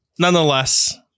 Nonetheless